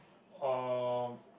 or